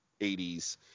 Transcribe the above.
80s